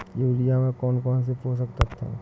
Urea में कौन कौन से पोषक तत्व है?